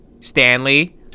Stanley